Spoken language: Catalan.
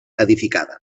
edificada